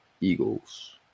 Eagles